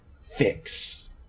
fix